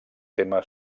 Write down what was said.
tema